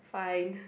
fine